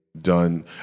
done